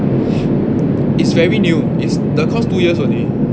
it's very new the course two years only